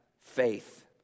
faith